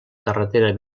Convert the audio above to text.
carretera